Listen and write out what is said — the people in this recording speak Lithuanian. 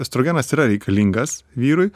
estrogenas yra reikalingas vyrui